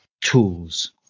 tools